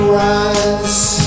rise